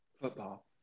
Football